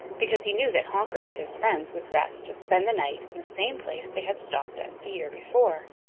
because he knew that honker and his friends would rest and spend the night in the same place they had stopped at the year before.